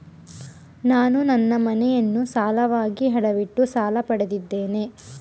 ನಾನು ನನ್ನ ಮನೆಯನ್ನು ಸಾಲವಾಗಿ ಅಡವಿಟ್ಟು ಸಾಲ ಪಡೆದಿದ್ದೇನೆ